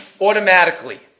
Automatically